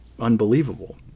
unbelievable